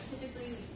typically